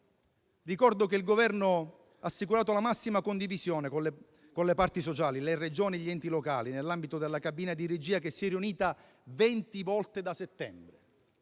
Ricordo che il Governo ha assicurato la massima condivisione con le parti sociali, le Regioni e gli enti locali, nell'ambito della cabina di regia che si è riunita venti volte da settembre.